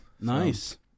Nice